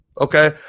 okay